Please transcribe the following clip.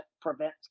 prevent